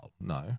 no